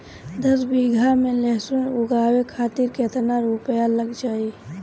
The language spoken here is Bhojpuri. दस बीघा में लहसुन उगावे खातिर केतना रुपया लग जाले?